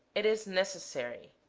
it is necessary